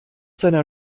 seiner